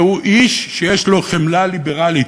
שהוא איש שיש לו חמלה ליברלית: